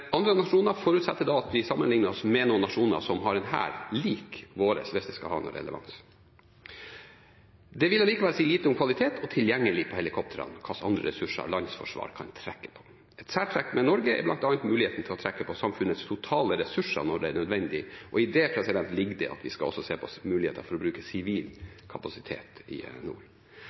nasjoner som har en hær lik vår, hvis det skal ha noen relevans. Det vil allikevel si lite om kvalitet og tilgang på helikoptre hva slags andre ressurser et lands forsvar kan trekke på. Et særtrekk med Norge er bl.a. muligheten til å trekke på samfunnets totale ressurser når det er nødvendig, og i det ligger at vi også skal se på muligheten for å bruke sivil kapasitet i nord.